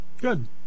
Good